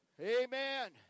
Amen